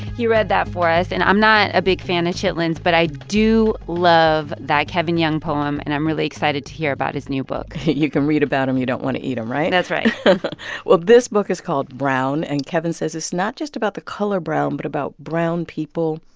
he read that for us. and i'm not a big fan of chitlins. but i do love that kevin young poem. and i'm really excited to hear about his new book you can read about them um you don't want to eat them, right? that's right well, this book is called brown. and kevin says it's not just about the color brown but about brown people,